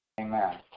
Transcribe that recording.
Amen